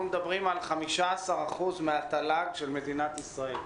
אנחנו מדברים על 15% מהתל"ג של מדינת ישראל.